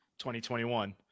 2021